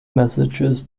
messages